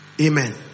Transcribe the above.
Amen